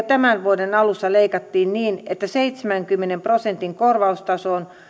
tämän vuoden alussa leikattiin niin että seitsemänkymmenen prosentin korvaustasoon